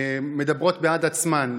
מדברות בעד עצמן.